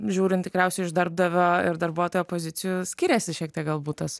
žiūrint tikriausiai iš darbdavio ir darbuotojo pozicijų skiriasi šiek tiek galbūt tas